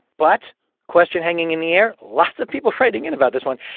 but question hanging in the air lots of people writing in about this one